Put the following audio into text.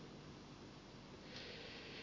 puhemies